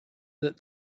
that